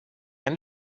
end